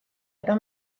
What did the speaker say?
eta